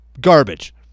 Garbage